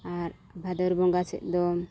ᱟᱨ ᱵᱷᱟᱫᱚᱨ ᱵᱚᱸᱜᱟ ᱥᱮᱫ ᱫᱚ